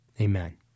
Amen